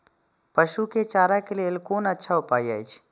पशु के चारा के लेल कोन अच्छा उपाय अछि?